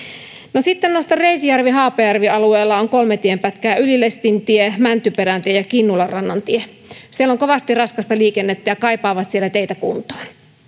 no sitten nostan reisjärvi haapajärvi alueella kolme tienpätkää ylilestintie mäntyperäntie ja kinnulanrannantie siellä on kovasti raskasta liikennettä ja kaipaavat siellä teitä kuntoon